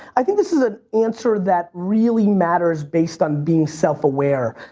i think this is an answer that really matters based on being self aware.